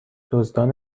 دزدان